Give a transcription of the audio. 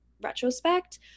retrospect